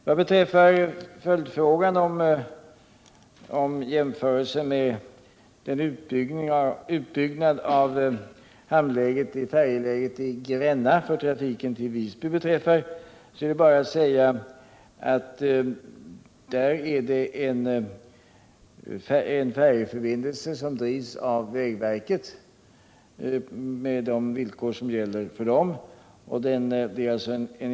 Vad beträffar följdfrågan och jämförelsen med en utbyggnad av färjeläget i Gränna för trafiken till Visingsö är bara att säga att den färjeförbindelsen drivs av vägverket med de villkor som gäller för det.